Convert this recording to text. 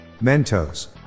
Mentos